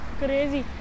crazy